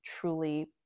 truly